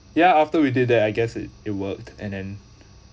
ya after we did that I guess it it worked and then